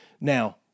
now